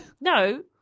No